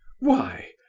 why?